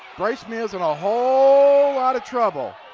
bresnahan is in a whole lot of trouble.